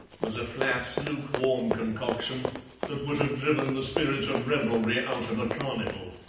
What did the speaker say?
was a flat, lukewarm concoction that would have driven the spirit of revelry out of a carnival.